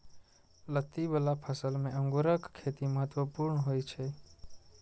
लत्ती बला फसल मे अंगूरक खेती महत्वपूर्ण होइ छै